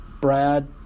Brad